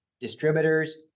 Distributors